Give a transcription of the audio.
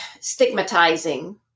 stigmatizing